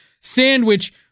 sandwich